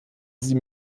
sie